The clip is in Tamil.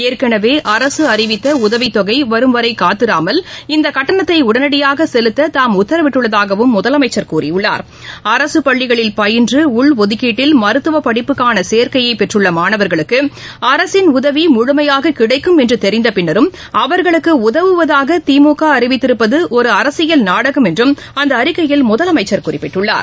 ஏற்கனவே அரசு அறிவித்த உதவித்தொகை வரும் வரை காத்திராமல் இந்த கட்டணத்தை உடனடியாக செலுத்த தாம் உத்தரவிட்டுள்ளதாகவும் முதலமைச்சர் கூறியுள்ளார் அரசுப்பள்ளிகளில் பயின்று உள் ஒதுக்கீட்டில் மருத்துவ படிப்புக்கான சேர்க்கையை பெற்றுள்ள மாணவர்களுக்கு அரசின் உதவி முழுமையாக கிடைக்கும் என்று தெரிந்த பின்னரும் அவர்களுக்கு உதவுவதாக திமுக அறிவித்திருப்பது ஒரு அரசியல் நாடகம் என்றும் அந்த அறிக்கையில் முதலமைச்சர் குறிப்பிட்டுள்ளார்